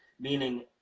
Meaning